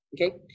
Okay